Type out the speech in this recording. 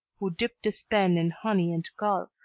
who dipped his pen in honey and gall,